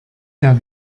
der